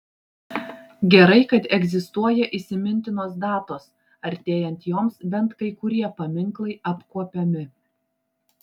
gerai kad egzistuoja įsimintinos datos artėjant joms bent kai kurie paminklai apkuopiami